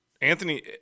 Anthony